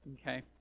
okay